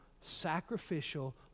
sacrificial